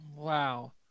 Wow